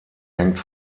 hängt